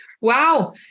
Wow